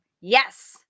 yes